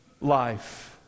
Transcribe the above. life